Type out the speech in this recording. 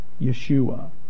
Yeshua